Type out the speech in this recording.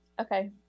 Okay